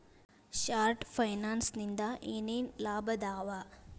short ಫೈನಾನ್ಸಿನಿಂದ ಏನೇನ್ ಲಾಭದಾವಾ